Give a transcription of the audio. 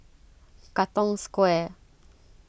Katong Square